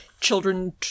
children